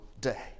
day